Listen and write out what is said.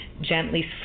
gently